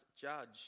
judge